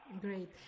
Great